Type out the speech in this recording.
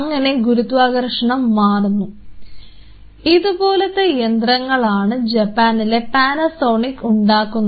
അങ്ങനെ ഗുരുത്വാകർഷണം മാറുന്നു ഇതുപോലത്തെ യന്ത്രങ്ങളാണ് ജപ്പാനിലെ പാനസോണിക് ഉണ്ടാക്കുന്നത്